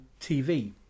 TV